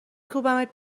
کوبمت